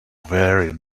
very